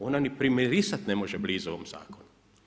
Ona ni primirisat ne može blizu ovom zakonu.